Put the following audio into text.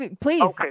Please